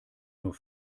nur